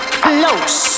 close